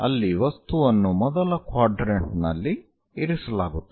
ಅಲ್ಲಿ ವಸ್ತುವನ್ನು ಮೊದಲ ಕ್ವಾಡ್ರೆಂಟ್ ನಲ್ಲಿ ಇರಿಸಲಾಗುತ್ತದೆ